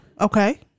okay